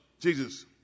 Jesus